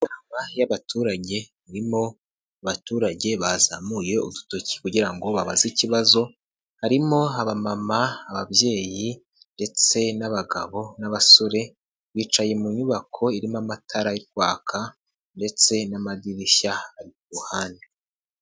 Inama y'abaturage harimo abaturage bazamuye udutoki kugira ngo babaze ikibazo. Harimo aba mama ababyeyi ndetse n'abagabo n'abasore. Bicaye mu nyubako irimo amatara ari kwaka ndetse n'amadirishya ari kuruhande.